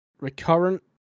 recurrent